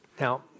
Now